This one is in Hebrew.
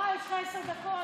יש לך עשר דקות.